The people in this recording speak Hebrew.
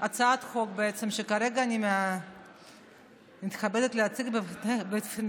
הצעת חוק בעצם, שכרגע אני מתכבדת להציג בפניכם,